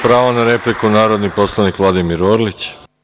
Pravo na repliku, narodni poslanik Vladimir Orlić.